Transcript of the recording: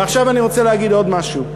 ועכשיו אני רוצה להגיד עוד משהו: